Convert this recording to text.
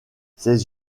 ses